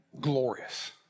glorious